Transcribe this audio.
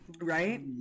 Right